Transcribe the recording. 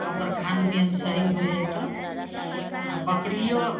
आओर ओकर खानपीन सही होइ हइ तऽ आओर बकरिओ